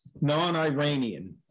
non-Iranian